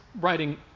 writing